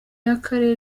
y’akarere